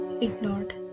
ignored